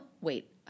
wait